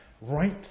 right